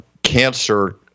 cancer